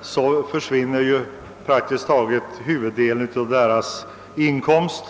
mister praktiskt taget huvuddelen av sin inkomst.